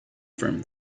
firm